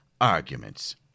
arguments